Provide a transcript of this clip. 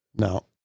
No